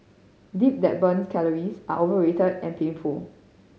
dip that burns calories are overrated and painful